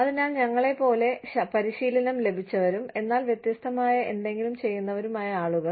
അതിനാൽ ഞങ്ങളെപ്പോലെ പരിശീലനം ലഭിച്ചവരും എന്നാൽ വ്യത്യസ്തമായ എന്തെങ്കിലും ചെയ്യുന്നവരും ആയ ആളുകൾ